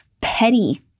petty